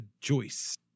Joyce